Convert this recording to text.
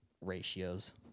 ratios